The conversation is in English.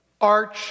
arch